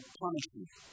punishment